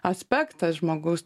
aspektas žmogaus